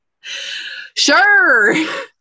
sure